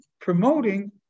promoting